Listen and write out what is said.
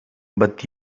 but